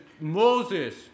Moses